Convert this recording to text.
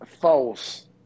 false